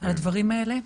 על הדברים האלה.